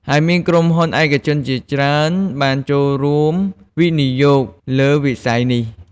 ហើយមានក្រុមហ៊ុនឯកជនជាច្រើនបានចូលរួមវិនិយោគលើវិស័យនេះ។